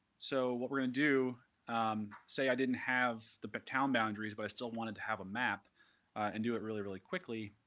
so what we're going to do um say i didn't have the but town boundaries, but i still wanted to have a map and do it really, really quickly.